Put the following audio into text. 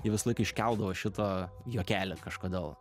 jie visąlaik iškeldavo šitą juokelį kažkodėl